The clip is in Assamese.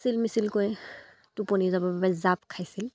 চিল মিচিলকৈ টোপনি যাবৰ বাবে জাপ খাইছিল